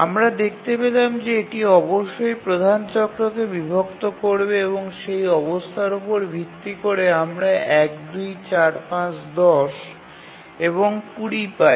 আমরা দেখতে পেলাম যে এটি অবশ্যই প্রধান চক্রকে বিভক্ত করবে এবং সেই অবস্থার উপর ভিত্তি করে আমরা ১ ২ ৪ ৫ ১০ এবং ২০ পাই